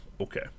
Okay